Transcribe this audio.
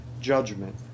judgment